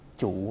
chủ